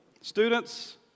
Students